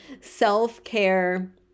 self-care